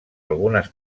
algunes